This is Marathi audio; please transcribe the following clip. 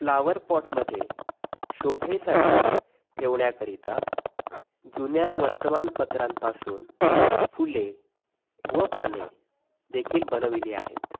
फ्लावरपॉटमध्ये शोभेसाठी ठेवण्याकरीता जुन्या वर्तमानपत्रांपासून फुले व पाने देखील बनविली आहेत